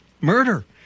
murder